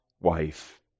wife